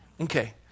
Okay